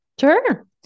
Sure